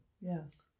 Yes